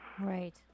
Right